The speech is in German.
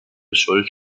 schuld